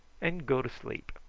and go to sleep.